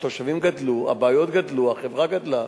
מספר התושבים גדל, הבעיות גדלו, החברה גדלה,